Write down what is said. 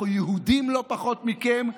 אנחנו יהודים לא פחות מכם,